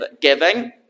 giving